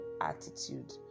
attitude